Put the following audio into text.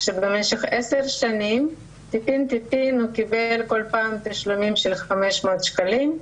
שבמשך 10 שנים טיפין טיפין הוא קיבל כל פעם תשלומים של 500 שקלים,